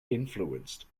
influenced